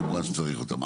כמובן שצריך אותם.